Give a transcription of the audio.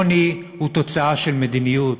עוני הוא תוצאה של מדיניות,